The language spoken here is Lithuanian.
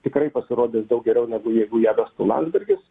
tikrai pasirodys daug geriau negu jeigu ją vestų landsbergis